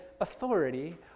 authority